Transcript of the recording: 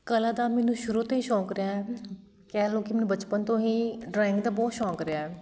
ਕਲਾ ਦਾ ਮੈਨੂੰ ਸ਼ੁਰੂ ਤੋਂ ਹੀ ਸ਼ੌਕ ਰਿਹਾ ਕਹਿ ਲਉ ਕਿ ਮੈਨੂੰ ਬਚਪਨ ਤੋਂ ਹੀ ਡਰਾਇੰਗ ਦਾ ਬਹੁਤ ਸ਼ੌਕ ਰਿਹਾ